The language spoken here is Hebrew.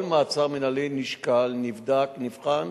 כל מעצר מינהלי נשקל, נבדק, נבחן,